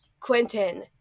Quentin